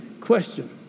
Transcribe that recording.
question